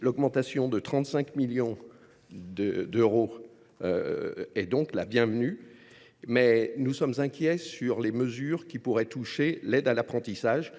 L’augmentation de 35 millions d’euros est la bienvenue. Toutefois, nous sommes inquiets sur les mesures susceptibles de toucher l’aide à l’apprentissage,